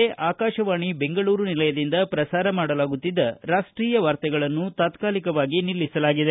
ಬೆಂಗಳೂರು ಆಕಾಶವಾಣಿ ಬೆಂಗಳೂರು ನಿಲಯದಿಂದ ಪ್ರಸಾರ ಮಾಡಲಾಗುತ್ತಿದ್ದ ರಾಷ್ಟೀಯ ವಾರ್ತೆಗಳನ್ನು ತಾತ್ಕಾಲಿಕವಾಗಿ ನಿಲ್ಲಿಸಲಾಗಿದೆ